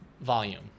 volume